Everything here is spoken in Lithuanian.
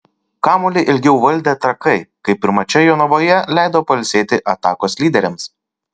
kamuolį ilgiau valdę trakai kaip ir mače jonavoje leido pailsėti atakos lyderiams